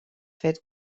fet